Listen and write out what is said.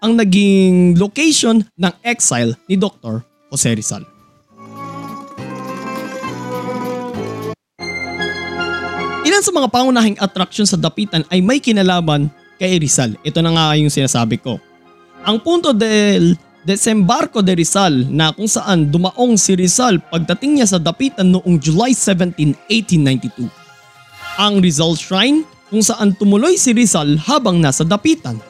ang naging location ng exile ni Dr. Jose Rizal. Ilan sa mga pangunahing atraksyon sa Dapitan ay may kinalaman kay Rizal. Ito na nga yung sinasabi ko. Ang punto del- desembarko de Rizal na kung saan dumaong si Rizal pagdating niya sa Dapitan noong July 17 1892. Ang Rizal Shrine kung saan tumuloy si Rizal habang nasa Dapitan.